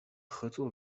合作